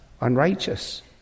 unrighteous